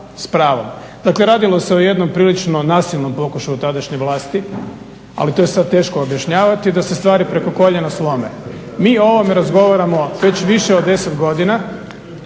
Dakle, radilo se o jednom prilično nasilnom pokušaju tadašnje vlasti ali to je sad teško objašnjavati da se stvari preko koljena slome. Mi o ovome razgovaramo već više od deset godina.